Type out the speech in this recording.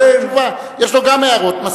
השאלה שלך היתה ברורה.